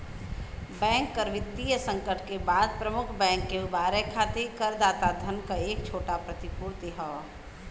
bank कर वित्तीय संकट के बाद प्रमुख बैंक के उबारे खातिर करदाता धन क एक छोटा प्रतिपूर्ति हौ